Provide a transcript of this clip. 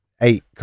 eight